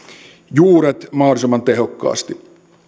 juuret mahdollisimman tehokkaasti